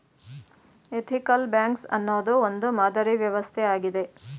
ethical banks ಅನ್ನೋದು ಒಂದು ಮಾದರಿ ವ್ಯವಸ್ಥೆ ಆಗಿದೆ